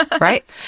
Right